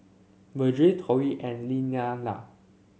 Virgel Torrie and Lillianna